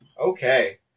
Okay